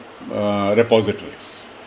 repositories